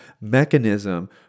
mechanism